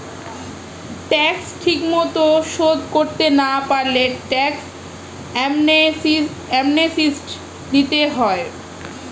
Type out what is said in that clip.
tax ঠিকমতো শোধ করতে না পারলে ট্যাক্স অ্যামনেস্টি দিতে হয়